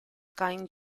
king